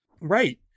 Right